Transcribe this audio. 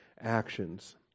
actions